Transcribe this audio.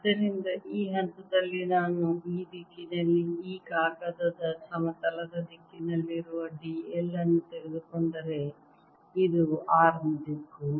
ಆದ್ದರಿಂದ ಈ ಹಂತದಲ್ಲಿ ನಾನು ಈ ದಿಕ್ಕಿನಲ್ಲಿ ಈ ಕಾಗದದ ಸಮತಲದ ದಿಕ್ಕಿನಲ್ಲಿರುವ d l ಅನ್ನು ತೆಗೆದುಕೊಂಡರೆ ಇದು r ನ ದಿಕ್ಕು